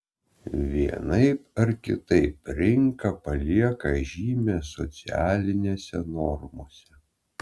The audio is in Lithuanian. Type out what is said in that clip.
vienaip ar kitaip rinka palieka žymę socialinėse normose